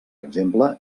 exemple